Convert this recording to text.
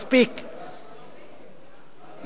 מספיק,